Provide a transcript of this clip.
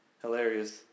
hilarious